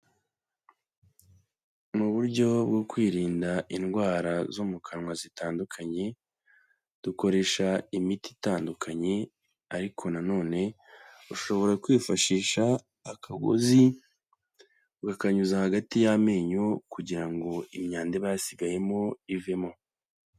Mu buryo bwo kwirinda indwara zo mu kanwa zitandukanye, dukoresha imiti itandukanye, ariko nanone ushobora kwifashisha akagozi ukakanyuza hagati y'amenyo kugira ngo imyanda iba yarasigayemo ivemo.